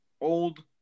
old